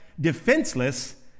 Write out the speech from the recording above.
defenseless